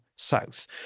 South